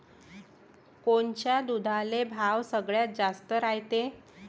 कोनच्या दुधाले भाव सगळ्यात जास्त रायते?